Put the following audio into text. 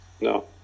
No